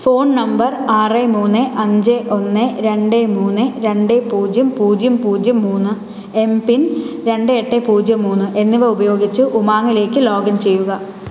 phone number ആറ് മൂന്ന് അഞ്ച് ഒന്ന് രണ്ട് മൂന്ന് രണ്ട് പൂജ്യം പൂജ്യം പൂജ്യം മൂന്ന് എം പിൻ രണ്ട് എട്ട് പൂജ്യം മൂന്ന് എന്നിവ ഉപയോഗിച്ച് ഉമാംഗിലേക്ക് ലോഗിൻ ചെയ്യുക